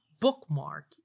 bookmark